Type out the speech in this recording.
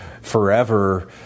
forever